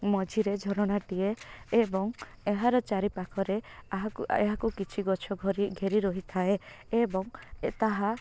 ମଝିରେ ଝରଣାଟିଏ ଏବଂ ଏହାର ଚାରିପାଖରେ ଏହାକୁ କିଛି ଗଛ ଘେରି ରହିଥାଏ ଏବଂ ତାହା